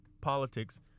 politics